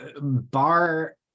bar